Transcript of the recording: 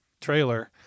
trailer